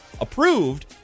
approved